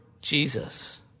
Jesus